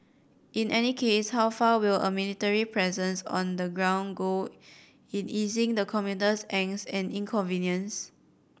in any case how far will a military presence on the ground go in easing the commuter's angst and inconvenience